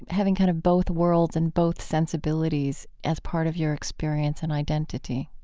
having kind of both worlds and both sensibilities as part of your experience and identity